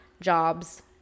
jobs